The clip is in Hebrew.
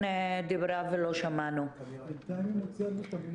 כל מי שתדבר או ידבר לשתי דקות כדי שנספיק לקבל תשובות